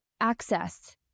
access